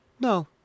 No